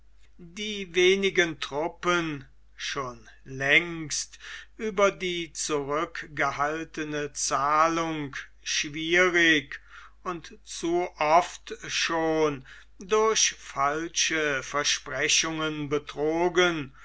die wenigen truppen schon längst über die zurückgehaltene zahlung schwierig und zu oft schon durch falsche versprechungen betrogen